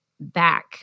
back